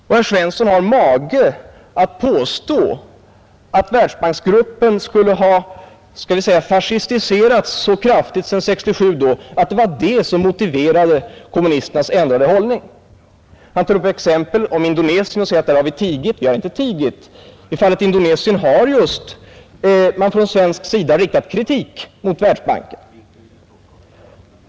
Och herr Svensson har mage att påstå att Världsbanksgruppen skulle ha så att säga fascistiserats så kraftigt sedan 1967 att det var detta som motiverade kommunisternas ändrade hållning! Han tar upp exemplet Indonesien och säger att vi där har tigit. Vi har inte tigit — i fallet Indonesien har man just från svensk sida riktat kritik mot Världsbanken.